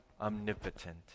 omnipotent